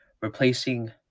replacing